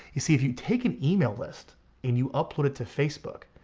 you see, if you take an email list and you upload it to facebook,